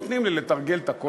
נותנים לי לתרגל את הכול שוב.